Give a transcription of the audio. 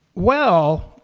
well,